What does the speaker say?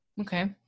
Okay